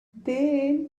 then